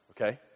okay